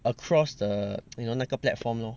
across the you know 那个 platform lor